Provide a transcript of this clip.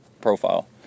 profile